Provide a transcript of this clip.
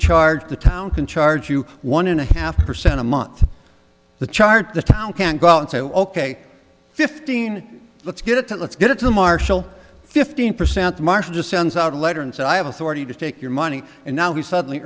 charged the town can charge you one and a half percent a month the chart the town can go and say oh ok fifteen let's get it at let's get it to marshall fifteen percent marshall just sends out a letter and so i have authority to take your money and now we suddenly